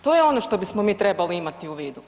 To je ono što bismo mi trebali imati u vidu.